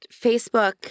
Facebook